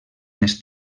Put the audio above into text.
més